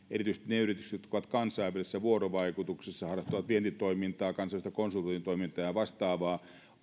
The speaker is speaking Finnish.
yritykset jotka ovat kansainvälisessä vuorovaikutuksessa harrastavat vientitoimintaa kansainvälistä konsultointitoimintaa ja vastaavaa